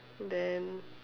then